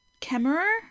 Kemmerer